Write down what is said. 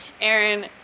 Aaron